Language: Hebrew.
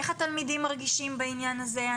איך התלמידים מרגישים בעניין הזה.